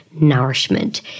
nourishment